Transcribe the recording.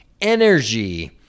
energy